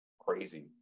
Crazy